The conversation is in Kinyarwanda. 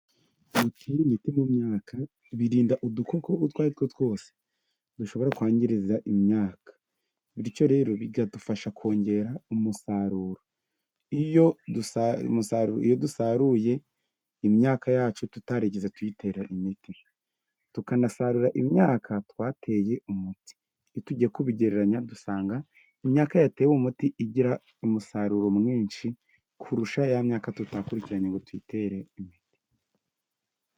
Gutera imiti mu myaka birinda udukoko utwo ari two twose dushobora kwangiza imyaka, bityo rero bikadufasha kongera umusaruro, iyo umusaruro iyo dusaruye imyaka yacu tutarigeze tuyitera imiti tukanasarura imyaka twateye umuti, nitujya kubigereranya dusanga imyaka yatewe umuti igira umusaruro mwinshi kurusha ya myaka tutakurikiranye ngo dutere imuti.